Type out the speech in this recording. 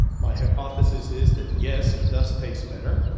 my hypothesis is that, yes, it does taste better.